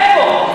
איפה?